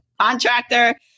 contractor